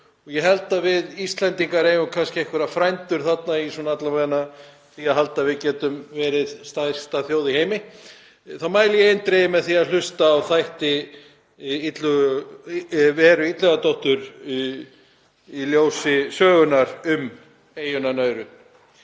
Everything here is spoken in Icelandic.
og ég held að við Íslendingar eigum kannski einhverja frændur þarna, alla vega þegar kemur að því að halda að við getum verið stærsta þjóð í heimi — þá mæli ég eindregið með því að hlusta á þætti Veru Illugadóttur, Í ljósi sögunnar, um eyjuna Nárú.